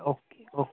चला okay okay